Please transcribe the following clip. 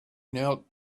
knelt